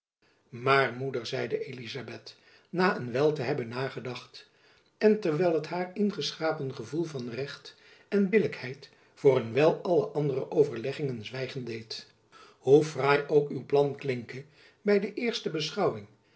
maar moeder zeide elizabeth na een wijl te hebben nagedacht en terwijl het haar ingeschapen gevoel van recht en billijkheid voor een wijl alle andere overleggingen zwijgen deed hoe fraai ook uw plan klinke by de eerste beschouwing